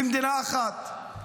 במדינה אחת.